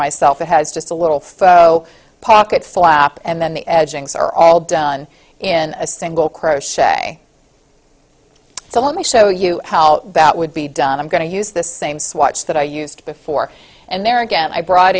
myself that has just a little photo pocket flap and then the edgings are all done in a single crochet so let me show you how that would be done i'm going to use the same swatch that i used before and there again i brought